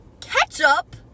Ketchup